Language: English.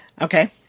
Okay